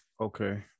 Okay